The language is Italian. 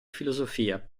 filosofia